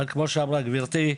אבל כמו שאמרה גברתי,